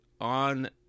on